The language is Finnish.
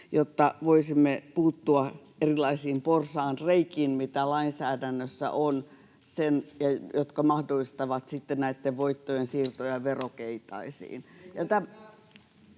jotta voisimme puuttua erilaisiin porsaanreikiin, joita lainsäädännössä on ja jotka mahdollistavat sitten näiden voittojen siirtoja verokeitaisiin.